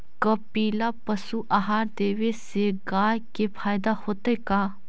कपिला पशु आहार देवे से गाय के फायदा होतै का?